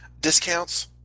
discounts